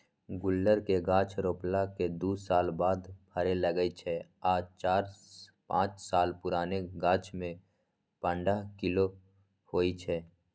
गुल्लर के गाछ रोपला के दू साल बाद फरे लगैए छइ आ चार पाच साल पुरान गाछमें पंडह किलो होइ छइ